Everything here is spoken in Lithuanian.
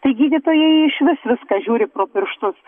tai gydytojai išvis viską žiūri pro pirštus